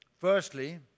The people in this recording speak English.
Firstly